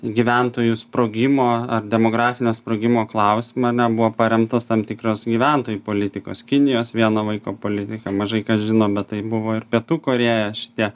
gyventojų sprogimo ar demografinio sprogimo klausimą ar ne buvo paremtos tam tikros gyventojų politikos kinijos vieno vaiko politika mažai kas žino bet tai buvo ir pietų korėja šitie